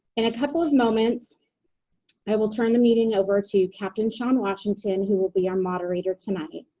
in a couple of moments i will turn the meeting over to captain sean washington who will be our moderator tonight.